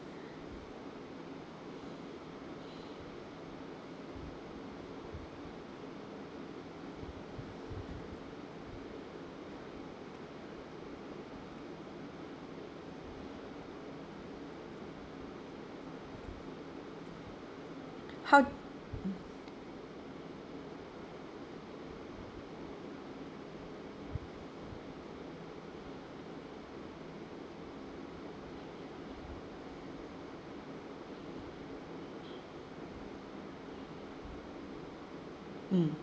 how mm